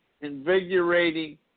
invigorating